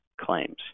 claims